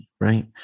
right